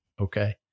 okay